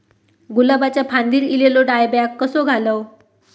गुलाबाच्या फांदिर एलेलो डायबॅक कसो घालवं?